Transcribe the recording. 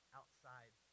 outside